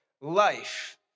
life